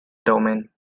domain